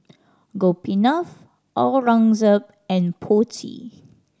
Gopinath Aurangzeb and Potti